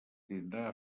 tindrà